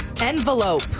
Envelope